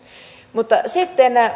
mutta sitten